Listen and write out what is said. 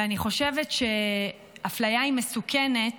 ואני חושבת שאפליה היא מסוכנת,